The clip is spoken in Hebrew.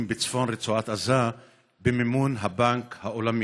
בצפון רצועת עזה במימון הבנק העולמי,